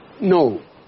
no